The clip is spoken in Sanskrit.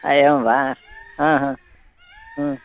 अ एवं वा ह ह हु